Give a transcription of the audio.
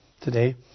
today